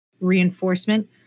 reinforcement